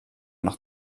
noch